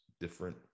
different